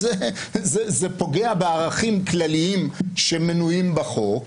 אז זה פוגע בערכים כלליים שמנויים בחוק,